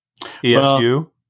ESU